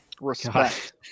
Respect